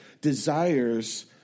desires